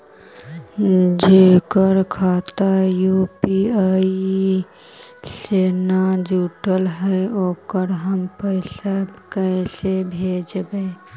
जेकर खाता यु.पी.आई से न जुटल हइ ओकरा हम पैसा कैसे भेजबइ?